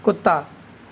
कुत्ता